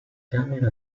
camera